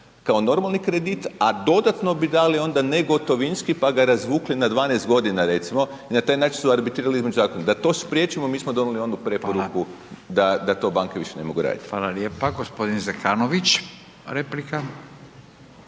kao normalni kredit, a dodatno bi dali ona negotovinski pa ga razvukli na 12 godina recimo i na taj način su arbitrirali između zakona. Da to spriječimo mi smo donijeli onu preporuku da to banke više ne mogu raditi. **Radin, Furio (Nezavisni)** Hvala lijepa. Gospodin Zekanović, replika.